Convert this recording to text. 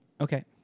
Okay